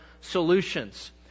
solutions